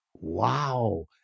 Wow